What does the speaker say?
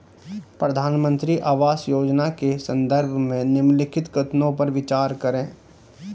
प्रधानमंत्री आवास योजना के संदर्भ में निम्नलिखित कथनों पर विचार करें?